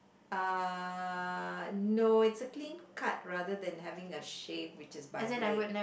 uh no it's a clean cut rather than having a shave which is by blade